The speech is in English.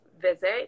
visit